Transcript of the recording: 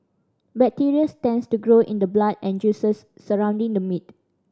bacteria tends to grow in the blood and juices surrounding the meat